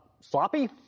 Sloppy